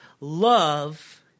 love